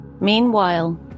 Meanwhile